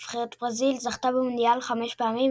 נבחרת ברזיל זכתה במונדיאל חמש פעמים,